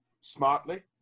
smartly